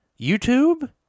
YouTube